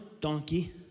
donkey